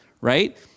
right